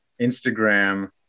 Instagram